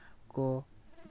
ᱠᱚ